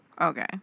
Okay